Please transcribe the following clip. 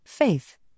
faith